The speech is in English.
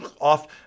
off